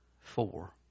four